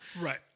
Right